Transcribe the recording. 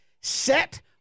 set